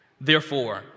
Therefore